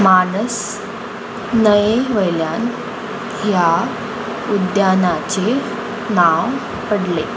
मानस न्हंये वयल्यान ह्या उद्यानाचे नांव पडलें